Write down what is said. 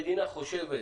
המדינה חושבת